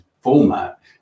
format